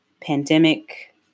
pandemic